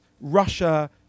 Russia